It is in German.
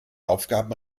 aufgaben